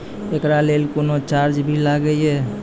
एकरा लेल कुनो चार्ज भी लागैये?